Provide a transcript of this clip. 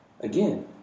Again